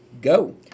go